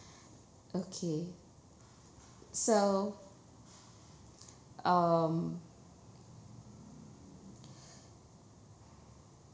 okay so um